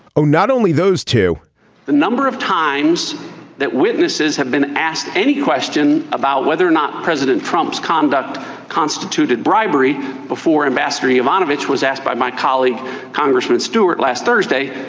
oh not only those two the number of times that witnesses have been asked any question about whether or not president trump's conduct constituted bribery before ambassador jovanovic was asked by my colleague congressman stewart last thursday.